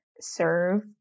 serve